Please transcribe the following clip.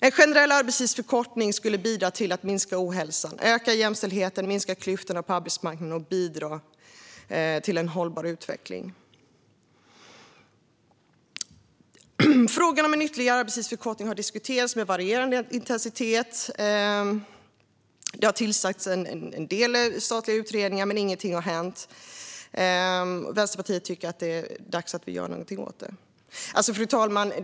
En generell arbetstidsförkortning skulle bidra till att minska ohälsan, öka jämställdheten, minska klyftorna på arbetsmarknaden och bidra till en hållbar utveckling. Frågan om en ytterligare arbetstidsförkortning har diskuterats med varierande intensitet. Det har tillsatts en del statliga utredningar, men ingenting har hänt. Vänsterpartiet tycker att det är dags att vi gör något åt detta. Fru talman!